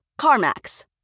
CarMax